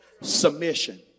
Submission